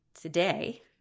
today